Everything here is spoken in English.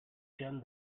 turned